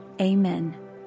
Amen